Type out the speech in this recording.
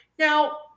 Now